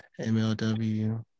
MLW